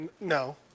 No